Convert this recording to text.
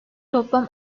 toplam